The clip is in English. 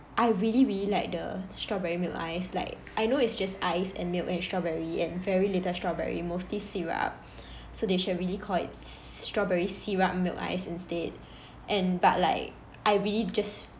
I really really like the strawberry milk ice like I know it's just ice and milk and strawberry and very little strawberry mostly syrup so they should really call it strawberry syrup milk ice instead and but like I really just